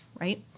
right